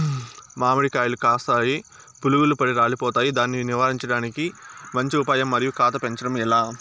మామిడి కాయలు కాస్తాయి పులుగులు పడి రాలిపోతాయి దాన్ని నివారించడానికి మంచి ఉపాయం మరియు కాత పెంచడము ఏలా?